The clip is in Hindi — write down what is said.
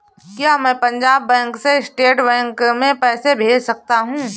क्या मैं पंजाब बैंक से स्टेट बैंक में पैसे भेज सकता हूँ?